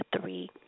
three